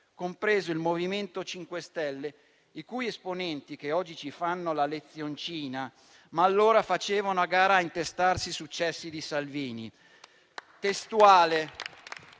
compreso il MoVimento 5 Stelle, i cui esponenti, che oggi ci fanno la lezioncina, allora facevano a gara a intestarsi i successi di Salvini.